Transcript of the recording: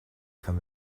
from